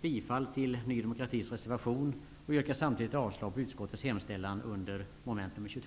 bifall till Ny demokratis reservation och yrkar samtidigt avslag på utskottets hemställan under moment 22.